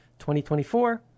2024